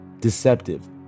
Deceptive